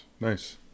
nice